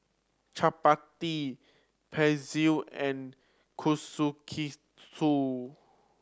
Chapati Pretzel and Kushikatsu